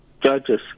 judges